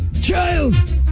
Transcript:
Child